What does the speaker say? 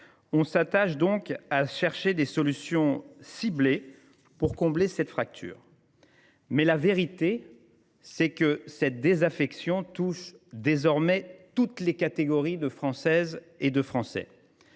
On s’attache donc à chercher des solutions ciblées pour combler cette fracture. La vérité, c’est que cette désaffection touche désormais toutes les catégories de Françaises et de Français.